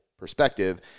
perspective